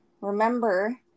remember